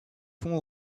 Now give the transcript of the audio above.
fonds